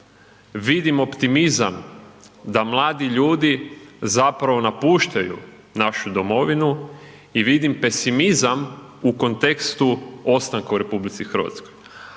vidim optimizam da mladi ljudi zapravo napuštaju našu domovinu i vidim pesimizam u kontekstu ostanka u RH, ali potrošački